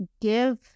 give